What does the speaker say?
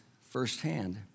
firsthand